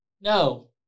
no